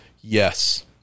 yes